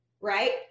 right